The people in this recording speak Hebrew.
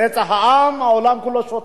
רצח עם, העולם כולו שותק.